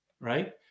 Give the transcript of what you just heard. right